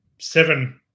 seven